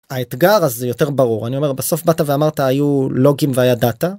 האתגר הזה יותר ברור אני אומר בסוף באת ואמרת היו לוגים והיה דאטה